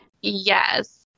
Yes